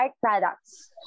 products